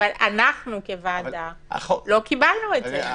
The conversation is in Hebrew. אבל אנחנו כוועדה לא קיבלנו את זה.